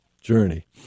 journey